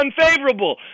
unfavorable